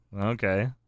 Okay